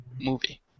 movie